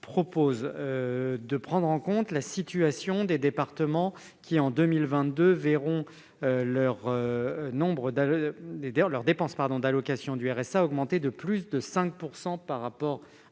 entendons prendre en compte la situation des départements qui, en 2022, verront leurs dépenses d'allocation du RSA augmenter de plus de 5 % par rapport à